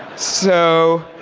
so